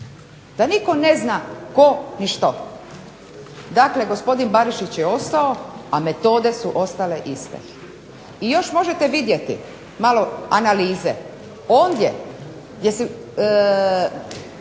da nitko ne zna tko ni što. Dakle, gospodin Barišić je ostao a metode su ostale iste. I još možete vidjeti malo analize